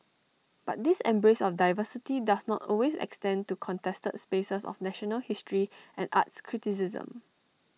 but this embrace of diversity does not always extend to contested spaces of national history and arts criticism